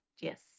Yes